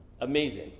Amazing